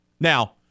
now